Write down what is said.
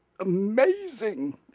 Amazing